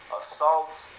assaults